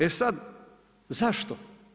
E sad, zašto?